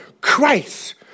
Christ